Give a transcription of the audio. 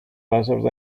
buzzard